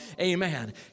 amen